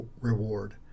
reward